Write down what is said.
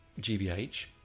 gbh